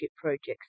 projects